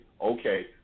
Okay